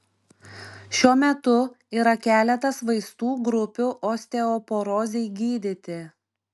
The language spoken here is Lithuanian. šiuo metu yra keletas vaistų grupių osteoporozei gydyti